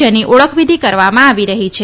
જેની ઓળખવિઘિ કરવામાં આવી રહી છે